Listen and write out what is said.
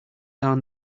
down